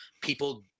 people